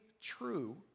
true